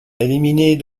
éliminer